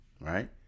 right